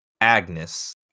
Agnes